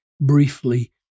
briefly